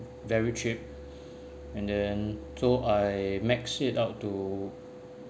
very cheap and then so I maxed it out to